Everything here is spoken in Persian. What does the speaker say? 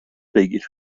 بگیر